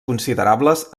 considerables